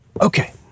Okay